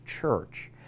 Church